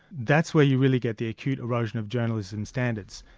that's where you really get the acute erosion of journalism standards.